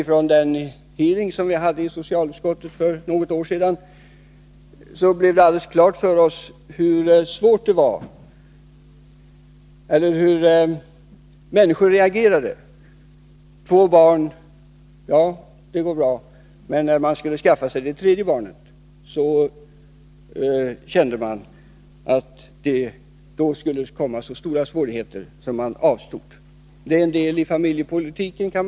Under en hearing i socialutskottet för något år sedan fick vi klart för oss hur människor reagerade. Med två barn gick det bra för de båda makarna att förvärvsarbeta, men med tre barn uppstod det genast stora svårigheter. Därför avstod man hellre från att skaffa sig ett tredje barn.